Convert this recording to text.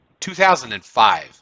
2005